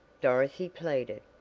dorothy pleaded,